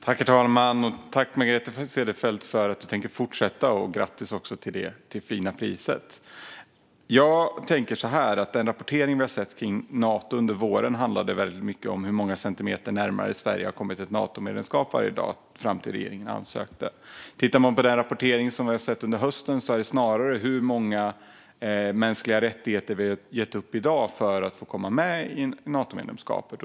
Herr talman! Tack, Margareta Cederfelt, för att du tänker fortsätta, och grattis till det fina priset! Den rapportering som vi har sett om Nato under våren handlade väldigt mycket om hur många centimeter som Sverige har kommit närmare ett Natomedlemskap varje dag fram till det att regeringen ansökte. Tittar man på den rapportering som vi har sett under hösten kan man konstatera att det snarare handlar om hur många mänskliga rättigheter vi har gett upp i dag för att få komma med i Natomedlemskapet.